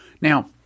Now